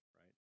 right